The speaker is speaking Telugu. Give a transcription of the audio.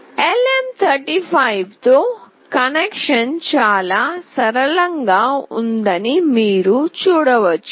LM35 తో కనెక్షన్ చాలా సరళంగా ఉందని మీరు చూడవచ్చు